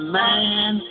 man